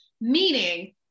Meaning